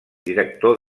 director